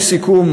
לסיכום,